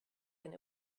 and